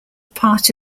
part